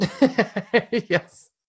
Yes